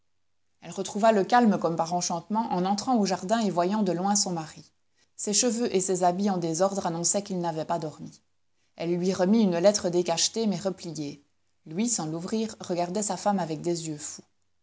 elle retrouva le calme comme par enchantement en entrant au jardin et voyant de loin son mari ses cheveux et ses habits en désordre annonçaient qu'il n'avait pas dormi elle lui remit une lettre décachetée mais repliée lui sans l'ouvrir regardait sa femme avec des yeux fous